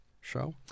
show